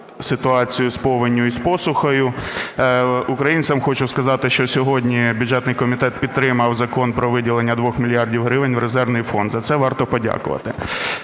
ситуацію з повінню і з посухою. Українцям хочу сказати, що сьогодні бюджетний комітет підтримав Закон про виділення 2 мільярдів гривень в резервний фонд. За це варто подякувати.